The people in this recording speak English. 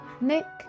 Nick